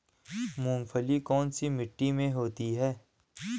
मूंगफली कौन सी मिट्टी में होती है?